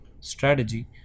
strategy